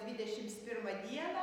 dvidešims pirmą dieną